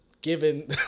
given